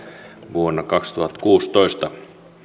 vuonna kaksituhattakuusitoista